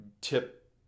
tip